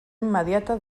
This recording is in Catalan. immediata